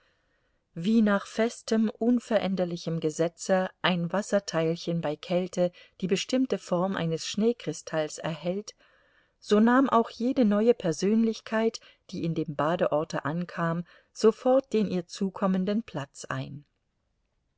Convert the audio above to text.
wie nach festem unveränderlichem gesetze ein wasserteilchen bei kälte die bestimmte form eines schneekristalls erhält so nahm auch jede neue persönlichkeit die in dem badeorte ankam sofort den ihr zukommenden platz ein